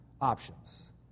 options